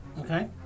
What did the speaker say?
Okay